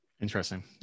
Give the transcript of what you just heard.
Interesting